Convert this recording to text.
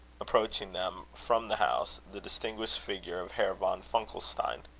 approaching them from the house, the distinguished figure of herr von funkelstein.